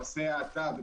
פסי האטה,